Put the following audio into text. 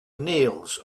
nails